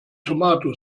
tomato